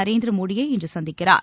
நரேந்திர மோடியை இன்று சந்திக்கிறார்